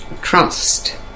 Trust